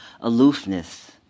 aloofness